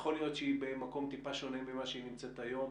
יכול להיות שהיא במקום טיפה שונה ממה שהיא נמצאת היום.